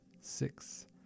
six